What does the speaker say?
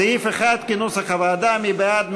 סעיף 1 כנוסח הוועדה, מי בעד?